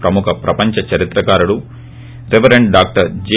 ప్రముఖ ప్రపంచ చరిత్రకారుడు రివరెండ్ డాక్టర్ జె